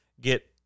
get